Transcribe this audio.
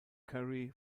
curry